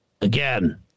Again